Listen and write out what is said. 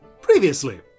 Previously